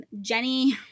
Jenny